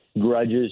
grudges